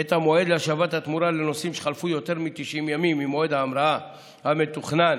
את המועד להשבת התמורה לנוסעים שחלפו יותר מ-90 ממועד ההמראה המתוכנן